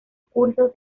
cursos